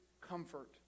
comfort